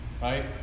Right